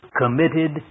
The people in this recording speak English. committed